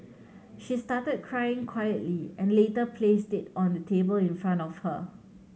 she started crying quietly and later placed it on the table in front of her